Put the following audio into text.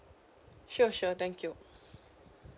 sure sure thank you